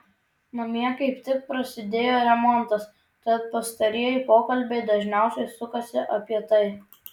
namie kaip tik prasidėjo remontas tad pastarieji pokalbiai dažniausiai sukasi apie tai